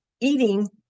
eating